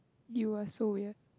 you are so weird